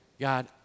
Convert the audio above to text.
God